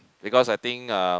because I think uh